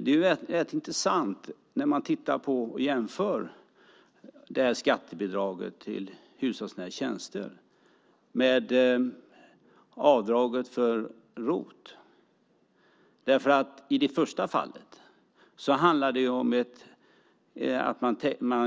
Det är rätt intressant att jämföra skattebidraget till hushållsnära tjänster med avdraget för ROT. I det första fallet handlar det om att